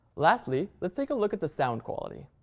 lastly, let's take a look at the sound quality.